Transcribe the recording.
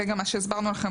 זה גם מה שהסברנו לכם,